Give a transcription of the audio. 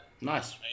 Nice